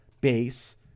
base